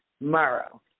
Morrow